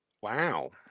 Wow